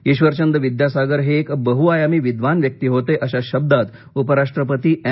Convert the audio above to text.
ईश्वरचंद विद्यासागर हे एक बहुआयामी विद्वान व्यक्ती होते अशा शब्दांत उपराष्ट्रपती एम